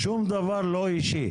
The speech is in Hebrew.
שום דבר הוא לא אישי.